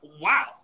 Wow